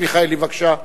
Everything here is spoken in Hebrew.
חבר הכנסת מיכאלי, בבקשה.